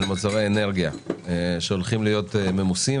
מוצרי אנרגיה שהולכים להיות ממוסים,